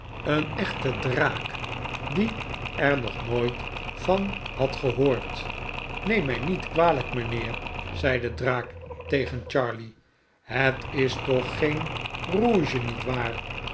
een echte draak die er nog nooit van had gehoord neem mij niet kwalijk mijnheer zei de draak tegen charley het is toch geen geen rouge niet waar